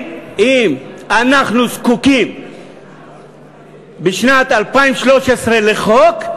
אם אנחנו זקוקים בשנת 2013 לחוק,